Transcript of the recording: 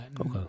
Okay